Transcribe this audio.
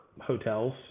hotels